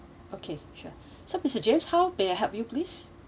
okay sure so mister james how may I help you please